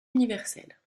universelle